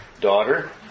daughter